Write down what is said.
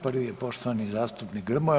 Prvi je poštovani zastupnik Grmoja.